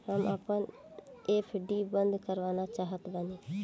हम आपन एफ.डी बंद करना चाहत बानी